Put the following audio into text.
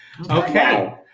Okay